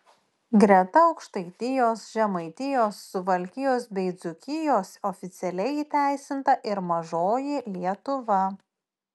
greta aukštaitijos žemaitijos suvalkijos bei dzūkijos oficialiai įteisinta ir mažoji lietuva